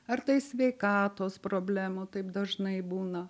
ar tai sveikatos problemų taip dažnai būna